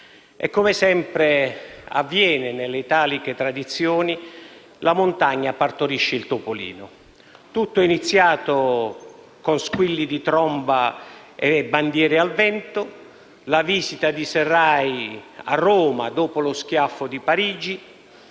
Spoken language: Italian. E, come sempre avviene nelle italiche tradizioni, la montagna partorisce il topolino. Tutto è iniziato con squilli di tromba e bandiere al vento: la visita di Sarraj a Roma dopo lo schiaffo di Parigi